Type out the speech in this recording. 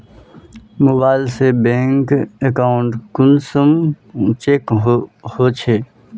Mobile से bank account कुंसम check होचे?